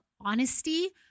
honesty